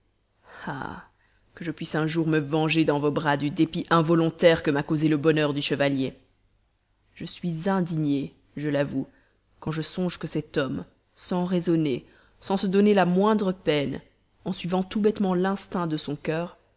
que je puisse un jour me venger dans vos bras du dépit involontaire que m'a causé le bonheur du chevalier je suis indigné je l'avoue quand je songe que cet homme sans raisonner sans se donner la moindre peine en suivant tout bêtement l'instinct de son cœur